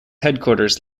headquarters